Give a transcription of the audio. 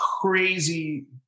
crazy